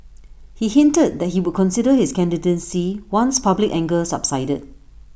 he hinted that he would consider his candidacy once public anger subsided